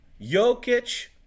Jokic